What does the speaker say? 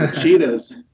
cheetahs